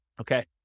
Okay